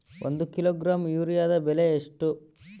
ಒಂದು ಕಿಲೋಗ್ರಾಂ ಯೂರಿಯಾದ ಬೆಲೆ ಎಷ್ಟು?